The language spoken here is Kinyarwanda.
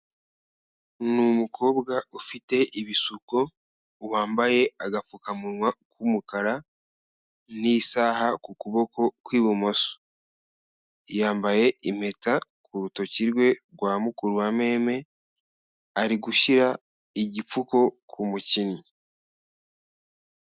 Ni umukobwa ufite ibisuko wambaye agapfukamunwa k'umukara n'isaha ku kuboko kw'ibumoso, yambaye impeta ku rutoki rwe rwa mukuru wa meme, ari gushyira igipfuko ku mukinnyi.